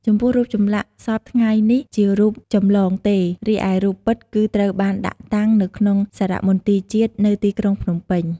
ចំពោះរូបសំណាក់សព្វថ្ងៃនេះជារូបចំលងទេ រីឯរូបពិតគឺត្រូវបានដាក់តាំងនៅក្នុងសារមន្ទីរជាតិនៅទីក្រុងភ្នំពេញ។